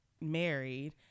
married